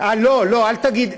חיים, אני רוצה להגיד לך משהו.